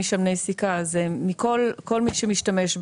ואם תהיה בעיה - שיבואו לתקן.